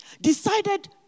decided